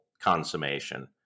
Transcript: consummation